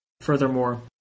Furthermore